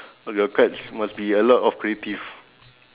all your cards must be a lot of creative